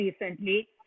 recently